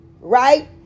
Right